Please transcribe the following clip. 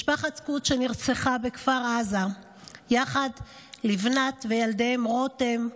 משפחת קוץ נרצחה בכפר עזה יחד עם לבנת וילדיהם רותם,